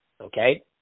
Okay